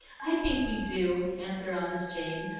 i think we do, answered honest jane,